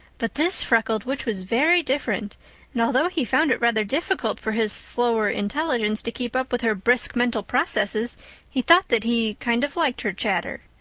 but this freckled witch was very different, and although he found it rather difficult for his slower intelligence to keep up with her brisk mental processes he thought that he kind of liked her chatter.